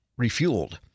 refueled